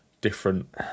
different